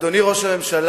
אדוני ראש הממשלה,